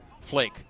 Flake